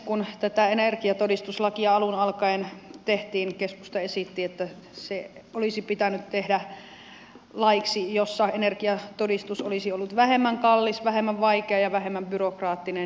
kun tätä energiatodistuslakia alun alkaen tehtiin keskusta esitti että se olisi pitänyt tehdä laiksi jossa energiatodistus olisi ollut vähemmän kallis vähemmän vaikea ja vähemmän byrokraattinen